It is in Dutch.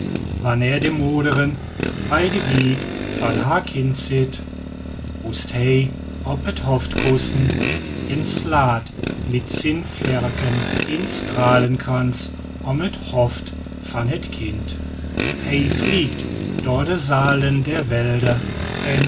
van haar kind zit rust hij op het hoofdkussen en slaat met zijn vlerken een stralenkrans om het hoofd van het kind hij vliegt door de zalen der